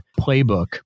playbook